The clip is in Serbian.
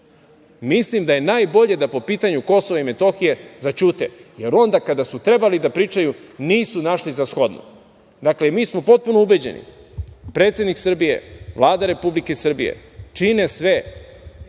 Mislim da je najbolje da po pitanju Kosova i Metohije zaćute, jer onda kada su trebali da pričaju, nisu našli za shodno. Dakle, mi smo potpuno ubeđeni, predsednik Srbije, Vlada Republike Srbije čine sve